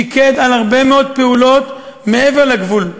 פיקד על הרבה מאוד פעולות מעבר לגבול,